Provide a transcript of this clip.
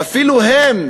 ואפילו הם,